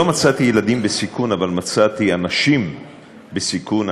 לא מצאתי ילדים בסיכון, אבל מצאתי אנשים בסיכון.